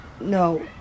No